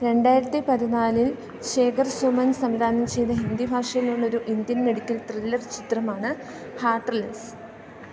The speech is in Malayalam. രണ്ടായിരത്തിപതിനാലിൽ ശേഖർ സുമൻ സംവിധാനം ചെയ്ത ഹിന്ദി ഭാഷയിലുള്ള ഒരു ഇന്ത്യൻ മെഡിക്കൽ ത്രില്ലർ ചിത്രമാണ് ഹാട്ട്ർലെസ്